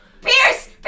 Pierce